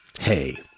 Hey